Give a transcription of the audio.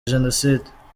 jenoside